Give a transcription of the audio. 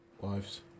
wives